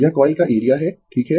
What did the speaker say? यह कॉइल का एरिया है ठीक है